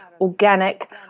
organic